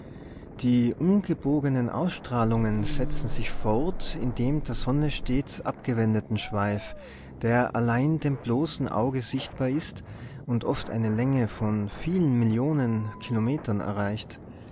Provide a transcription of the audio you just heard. die umgebogenen ausstrahlungen setzen sich fort in dem der sonne stets abgewendeten schweif der allein dem bloßen auge sichtbar ist und oft eine länge von vielen millionen kilometern erreicht